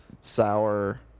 Sour